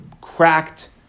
cracked